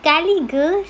sekali gus